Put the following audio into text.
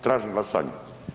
Tražim glasanje.